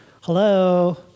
Hello